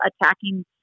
attacking